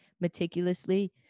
meticulously